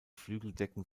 flügeldecken